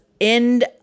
end